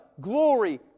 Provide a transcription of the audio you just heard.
glory